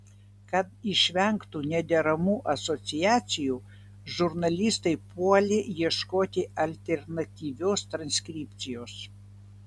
kad išvengtų nederamų asociacijų žurnalistai puolė ieškoti alternatyvios transkripcijos